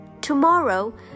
Tomorrow